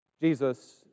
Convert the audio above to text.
Jesus